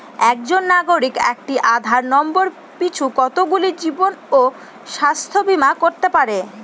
একজন নাগরিক একটি আধার নম্বর পিছু কতগুলি জীবন ও স্বাস্থ্য বীমা করতে পারে?